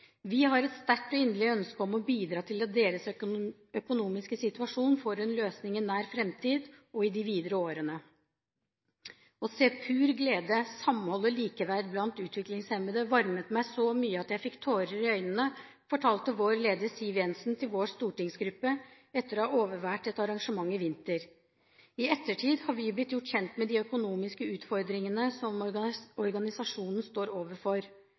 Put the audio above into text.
Vi har et sterkt og inderlig ønske om å bidra til at deres økonomiske situasjon får en løsning i nær fremtid – og i årene videre. Å se pur glede, samhold og likeverd blant utviklingshemmede varmet meg så mye at jeg fikk tårer i øynene, fortalte vår leder, Siv Jensen, til vår stortingsgruppe etter å ha overvært et arrangement i vinter. I ettertid har vi blitt gjort kjent med de økonomiske utfordringene som organisasjonen står overfor